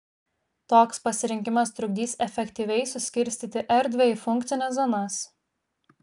toks pasirinkimas trukdys efektyviai suskirstyti erdvę į funkcines zonas